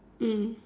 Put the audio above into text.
mm